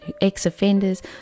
ex-offenders